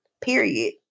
period